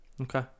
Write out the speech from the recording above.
Okay